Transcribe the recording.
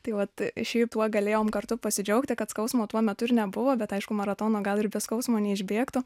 tai vat šiaip tuo galėjom kartu pasidžiaugti kad skausmo tuo metu ir nebuvo bet aišku maratoną gal ir be skausmo neišbėgtų